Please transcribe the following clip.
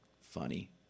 funny